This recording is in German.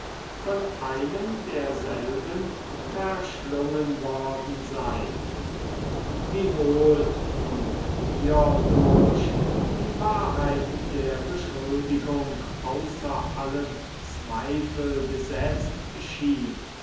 die beute derselben werden gesehen habe wiewohl nun hierdurch die wahrheit der beschuldigung außer allen zweifel gesetzt schien